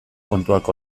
kontuak